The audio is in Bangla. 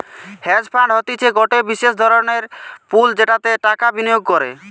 হেজ ফান্ড হতিছে গটে বিশেষ ধরণের পুল যেটাতে টাকা বিনিয়োগ করে